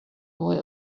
boy